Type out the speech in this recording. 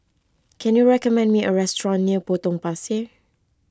can you recommend me a restaurant near Potong Pasir